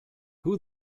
who